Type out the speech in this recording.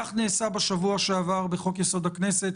כך נעשה בשבוע שעבר בחוק-יסוד הכנסת,